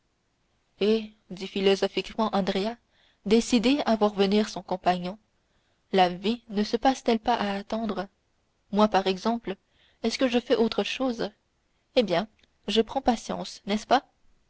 dit philosophiquement andrea décidé à voir venir son compagnon la vie ne se passe t elle pas à attendre moi par exemple est-ce que je fais autre chose eh bien je prends patience n'est-ce pas